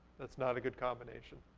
that's not a good combination.